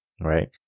right